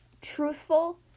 truthful